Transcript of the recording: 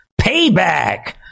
Payback